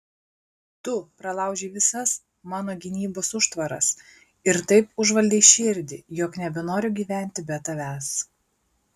tu pralaužei visas mano gynybos užtvaras ir taip užvaldei širdį jog nebenoriu gyventi be tavęs